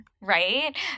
right